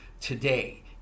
today